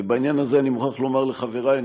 ובעניין הזה אני מוכרח לומר לחברי שאני